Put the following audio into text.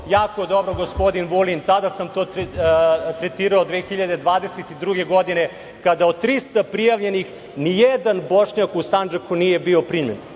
jako dobro gospodin Vulin. Tada sam to tretirao 2022. godine, kada od 300 prijavljenih, nijedan Bošnjak u Sandžaku nije bio primljen.Zašto